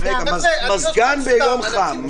מזגן שמתקלקל ביום חם.